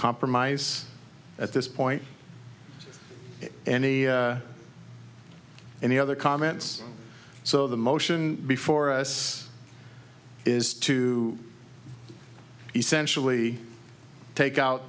compromise at this point any any other comments so the motion before us is to essentially take out